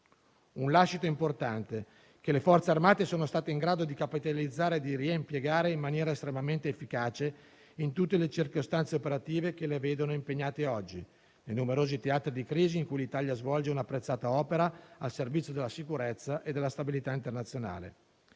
un lascito importante, che le Forze armate sono state in grado di capitalizzare e di reimpiegare in maniera estremamente efficace, in tutte le circostanze operative che le vedono impegnate oggi nei numerosi teatri di crisi in cui l'Italia svolge un'apprezzata opera al servizio della sicurezza e della stabilità internazionale.